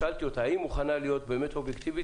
שאלתי אותה האם היא מוכנה להיות באמת אובייקטיבית